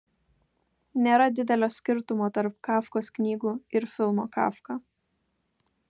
nėra didelio skirtumo tarp kafkos knygų ir filmo kafka